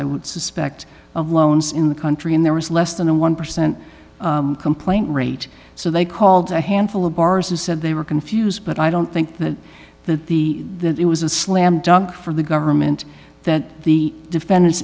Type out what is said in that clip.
i would suspect of loans in the country and there was less than a one percent complaint rate so they called a handful of bars and said they were confused but i don't think that that the that it was a slam dunk for the government that the defendant